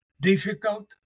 difficult